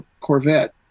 Corvette